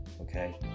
okay